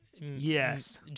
Yes